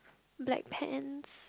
black pants